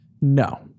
No